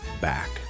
Back